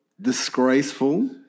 disgraceful